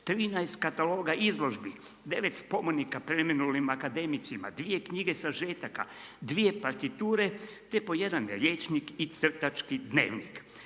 13 kataloga izložbi, 9 spomenika preminulim akademicima, 2 knjige sažetaka, 2 partiture te po jedan rječnik i crtački dnevnik.